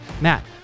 Matt